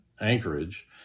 Anchorage